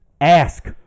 ask